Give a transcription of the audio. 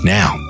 Now